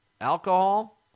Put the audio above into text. alcohol